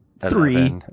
Three